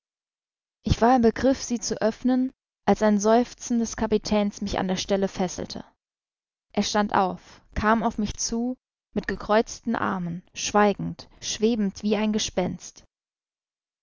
ich war im begriff sie zu öffnen als ein seufzen des kapitäns mich an der stelle fesselte er stand auf kam auf mich zu mit gekreuzten armen schweigend schwebend wie ein gespenst